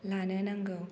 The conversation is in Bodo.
लानो नांगौ